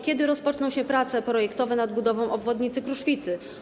Kiedy rozpoczną się prace projektowe nad budową obwodnicy Kruszwicy?